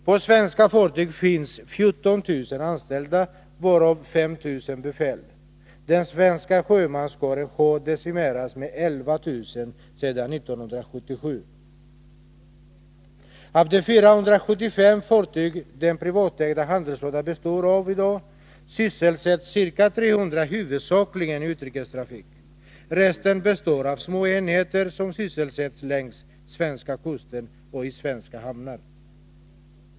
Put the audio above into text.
På svenska fartyg finns 14 000 anställda, varav ca 5 000 befäl. Den svenska sjömanskåren har decimerats med 11 000 sedan 1977. Av de 475 fartyg den privatägda handelsflottan består av i dag sysselsätts ca 300 huvudsakligen i utrikestrafik, resten består av små enheter, som sysselsätts längs svenska kusten och i svenska hamnar.